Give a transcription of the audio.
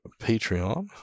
Patreon